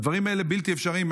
הדברים האלה בלתי אפשריים.